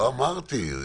לא אמרתי.